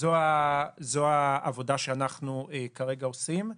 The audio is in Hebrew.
זו העבודה שאנחנו כרגע עושים,